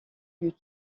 but